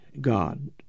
God